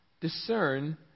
Discern